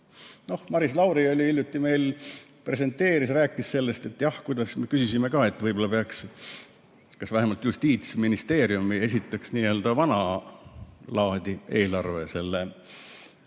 Maris Lauri oli hiljuti meil, presenteeris, rääkis sellest, et jah, kuidas ... Me küsisime ka, et võib-olla peaks vähemalt Justiitsministeerium esitama n-ö vana laadi eelarve selle